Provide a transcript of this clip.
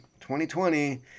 2020